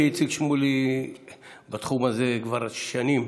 כי איציק שמולי בתחום הזה כבר שנים,